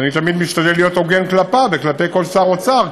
שאני תמיד משתדל להיות הוגן כלפיו וכלפי כל שר אוצר,